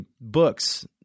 books